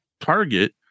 Target